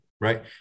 right